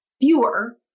fewer